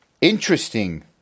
Interesting